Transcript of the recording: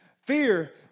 Fear